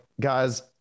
guys